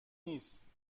نیست